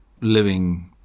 living